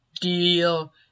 deal